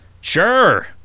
Sure